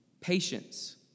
patience